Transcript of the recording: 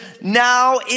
now